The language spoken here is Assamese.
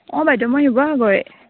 অঁ বাইদেউ মই শিৱসাগৰে